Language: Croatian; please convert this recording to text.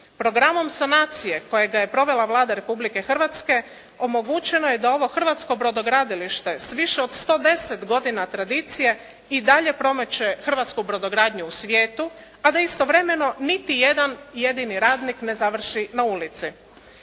Programom sanacije kojega je provela Vlada Republike Hrvatske omogućeno je da ovo hrvatsko brodogradilište s više od 110 godina tradicije i dalje promiče hrvatsku brodogradnju u svijetu a da istovremeno niti jedan jedini radnik ne završi na ulici.